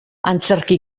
antzerki